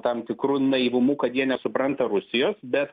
tam tikru naivumu kad jie nesupranta rusijos bet